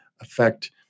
affect